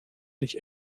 nicht